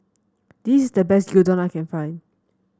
this is the best Gyudon I can find